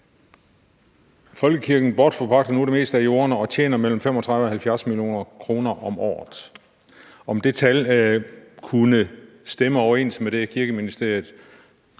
»Folkekirken bortforpagter nu det meste af jorden og tjener mellem 35 og 70 millioner om året.« Stemmer de tal overens med det, som Kirkeministeriet